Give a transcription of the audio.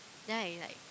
then I like